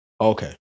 Okay